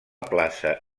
plaça